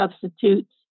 substitutes